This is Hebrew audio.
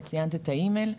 את ציינת את האימייל.